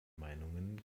meinungen